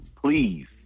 Please